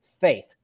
faith